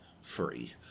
free